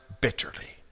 bitterly